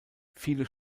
viele